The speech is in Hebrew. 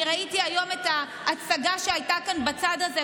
אני ראיתי היום את ההצגה שהייתה כאן בצד הזה,